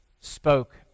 spoke